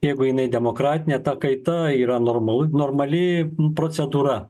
jeigu jinai demokratinė ta kaita yra normalu normali procedūra